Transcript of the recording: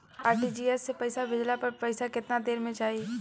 RTGS से पईसा भेजला पर पईसा केतना देर म जाई?